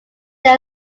they